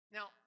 Now